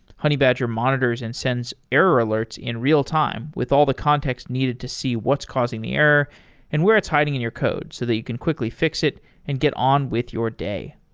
honeybadger monitors and sends error alerts in real-time with all the context needed to see what's causing the error and where it's hiding in your code so that you can quickly fix it and get on with your day.